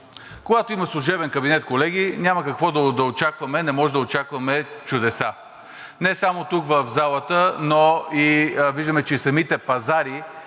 когато има служебен кабинет, колеги, не можем да очакваме чудеса. Не само тук, в залата, но и виждаме, че и самите пазари